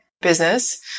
business